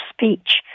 speech